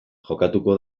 jokatuko